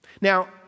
Now